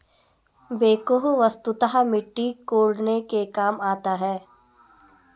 backhoe वस्तुतः मिट्टी कोड़ने के काम आता है